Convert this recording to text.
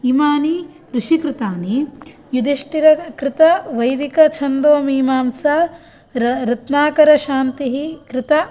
इमानि ऋषिकृतानि युदिष्ठिरकृतवैदिकछन्दोमीमांसा र रत्नाकरशान्तिः कृत